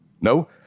no